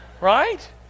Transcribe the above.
Right